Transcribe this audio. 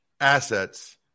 assets